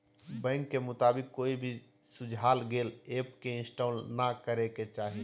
bank के मुताबिक, कोई भी सुझाल गेल ऐप के इंस्टॉल नै करे के चाही